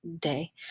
day